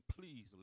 please